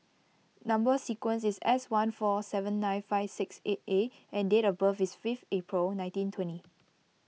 Number Sequence is S one four seven nine five six eight A and date of birth is five April nineteen twenty